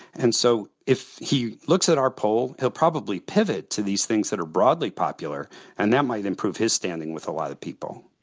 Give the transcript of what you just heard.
and so if he looks at our poll, he'll probably pivot to these things that are broadly popular and that might improve his standing with a lot of people